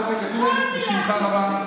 אשלח לך עותק אתמול בשמחה רבה.